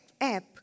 app